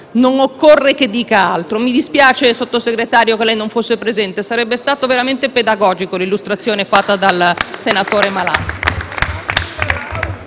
non occorre che dica altro. Mi dispiace, signor Sottosegretario, che lei non fosse presente: sarebbe stato veramente pedagogico ascoltare l'illustrazione del senatore Malan.